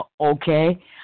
Okay